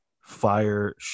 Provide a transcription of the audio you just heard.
fire